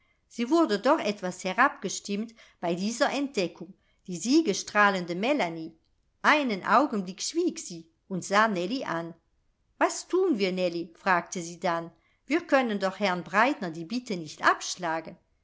sie wurde doch etwas herabgestimmt bei dieser entdeckung die siegesstrahlende melanie einen augenblick schwieg sie und sah nellie an was thun wir nellie fragte sie dann wir können doch herrn breitner die bitte nicht abschlagen